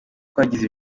twagize